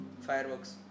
fireworks